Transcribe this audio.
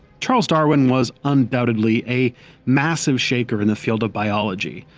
charles darwin was undoubtedly a massive shaker in the field of biology,